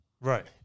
Right